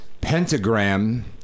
Pentagram